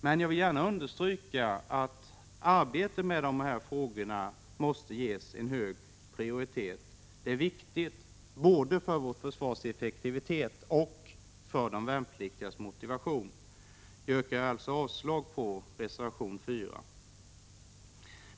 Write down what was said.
Men jag vill gärna understryka att detta arbete måste ges hög prioritet. Det är viktigt både för vår försvarseffektivitet och för de värnpliktigas motivation. Jag yrkar alltså avslag på reservation nr 4.